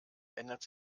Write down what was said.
ändert